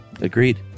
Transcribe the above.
Agreed